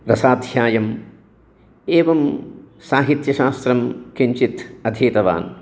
रसाध्यायम् एवं साहित्यशास्त्रं किञ्चित् अधीतवान्